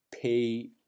pay